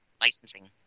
licensing